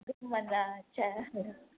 घुमंदा अछा